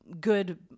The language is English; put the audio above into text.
good